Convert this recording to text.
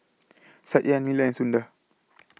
Satya Neila and Sundar